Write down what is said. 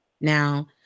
Now